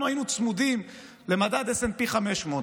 אנחנו היינו צמודים למדד S&P 500,